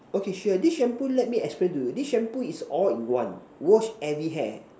okay sure this shampoo let me explain to you this shampoo is all in one wash every hair